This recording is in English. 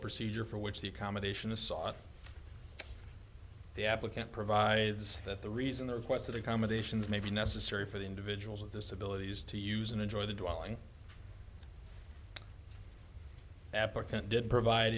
procedure for which the accommodation is sought the applicant provides that the reason the requested accommodations may be necessary for the individuals with disabilities to use and enjoy the dwelling applicant didn't provide